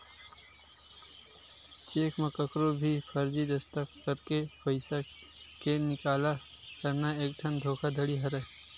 cheque म कखरो भी फरजी दस्कत करके पइसा के निकाला करना एकठन धोखाघड़ी हरय